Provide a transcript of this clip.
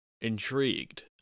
intrigued